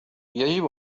يجب